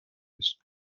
des